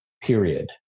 period